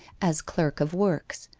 as clerk of works,